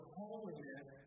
holiness